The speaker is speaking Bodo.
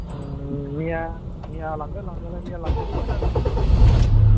मैया मेया लांदों लांनायालाय मैया लांफैदोंमोन आंनिखौ हरासैलां सादस'खाय